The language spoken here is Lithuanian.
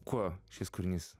kuo šis kūrinys